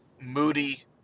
Moody